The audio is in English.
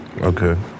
Okay